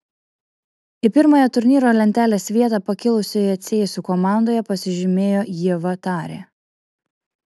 į pirmąją turnyro lentelės vietą pakilusioje cėsių komandoje pasižymėjo ieva tarė